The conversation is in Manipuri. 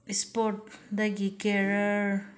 ꯏꯁꯄꯣꯔꯠꯇꯒꯤ ꯀꯦꯔꯤꯌꯔ